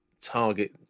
target